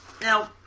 now